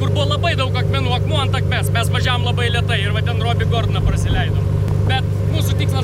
kur buvo labai daug akmenų akmuo ant akmens mes važiavom labai lėtai ir ir va ten robį gordoną prasileidom bet mūsų tikslas